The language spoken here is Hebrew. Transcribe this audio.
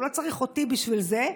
הוא לא צריך אותי בשביל זה.